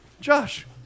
Josh